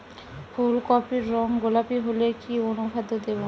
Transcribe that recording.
ফুল কপির রং গোলাপী হলে কি অনুখাদ্য দেবো?